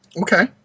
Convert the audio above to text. Okay